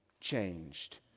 changed